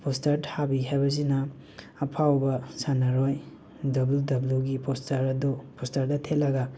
poster ꯊꯥꯕꯤ ꯍꯥꯏꯕꯁꯤꯅ ꯑꯐꯥꯎꯕ ꯁꯅꯥꯔꯣꯏ ꯗꯕꯜ ꯗꯕꯜꯌꯨꯒꯤ ꯄꯣꯁꯇꯔ ꯑꯗꯨ ꯄꯣꯁꯇꯔꯗ ꯊꯦꯠꯂꯒ